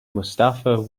mustafa